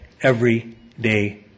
everyday